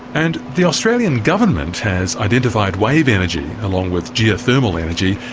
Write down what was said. and the australian government has identified wave energy, along with geothermal energy,